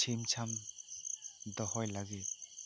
ᱪᱷᱤᱢ ᱪᱷᱟᱢ ᱫᱚᱦᱚᱭ ᱞᱟᱹᱜᱤᱫ